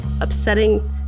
upsetting